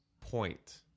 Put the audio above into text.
point